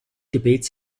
debates